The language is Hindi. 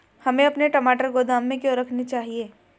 हमें अपने टमाटर गोदाम में क्यों रखने चाहिए?